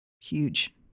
Huge